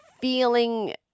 feeling